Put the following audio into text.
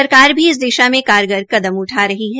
सरकार भी इस दिशा में कारगर कदम उठा रही है